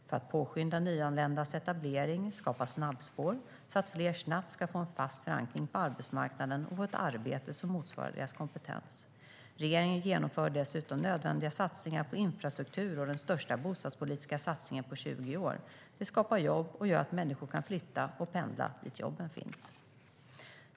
För att påskynda nyanländas etablering skapas snabbspår så att fler snabbt ska få en fast förankring på arbetsmarknaden och få ett arbete som motsvarar deras kompetens. Regeringen genomför dessutom nödvändiga satsningar på infrastruktur och den största bostadspolitiska satsningen på 20 år. Det skapar jobb och gör att människor kan flytta och pendla dit där jobben finns.